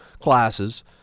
classes